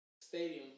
stadium